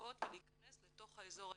להזדהות להכנס לתוך האזור האישי.